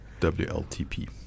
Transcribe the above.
WLTP